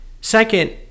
Second